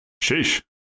Sheesh